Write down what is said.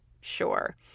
sure